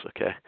okay